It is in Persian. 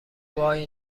وای